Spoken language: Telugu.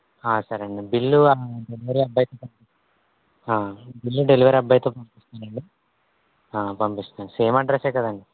సరెండి బిల్లు డెలివరీ అబ్బాయితో పంపిస్తాను బిల్లు డెలివరీ అబ్బాయితో పంపిస్తానండి పంపిస్తాను సేమ్ అడ్రసే కదండీ